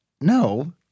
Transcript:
no